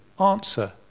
Answer